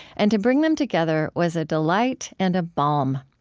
and to bring them together was a delight and a balm.